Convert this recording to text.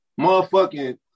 Motherfucking